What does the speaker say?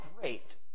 great